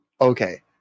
Okay